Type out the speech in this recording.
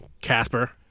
Casper